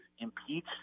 impeach